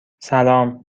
سلام